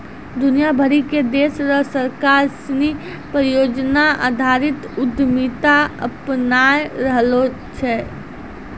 दुनिया भरी के देश र सरकार सिनी परियोजना आधारित उद्यमिता अपनाय रहलो छै